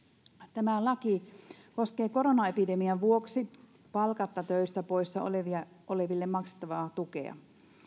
tämä laki koskee koronaepidemian vuoksi palkatta töistä poissa oleville oleville maksettavaa tukea